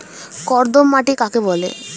কর্দম মাটি কাকে বলে?